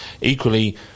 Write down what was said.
Equally